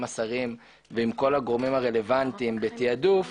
השרים ועם כל הגורמים הרלוונטיים בתעדוף